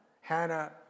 Hannah